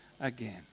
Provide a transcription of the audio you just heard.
again